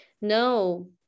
No